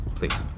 Please